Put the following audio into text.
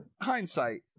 Hindsight